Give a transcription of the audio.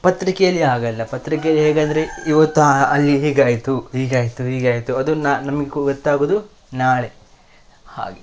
ಪತ್ರಿಕೆಯಲ್ಲಿ ಆಗಲ್ಲ ಪತ್ರಿಕೆಯಲ್ಲಿ ಹೇಗೆಂದ್ರೆ ಇವತ್ತು ಅಲ್ಲಿ ಹೀಗಾಯಿತು ಹೀಗಾಯಿತು ಹೀಗೆ ಆಯಿತು ಅದನ್ನ ನಮಿಗ್ ಗೊತ್ತಾಗೋದು ನಾಳೆ ಹಾಗೆ